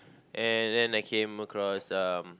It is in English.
and then I came across um